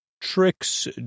tricks